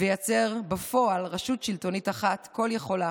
וייצר בפועל רשות שלטונית אחת, כול-יכולה,